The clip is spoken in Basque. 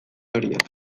horiek